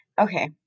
Okay